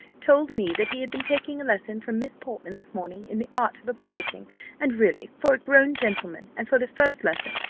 told me that he had been taking a lesson from miss portman this morning in the art of obliging and really, for a grown gentleman, and for the first lesson,